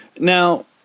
Now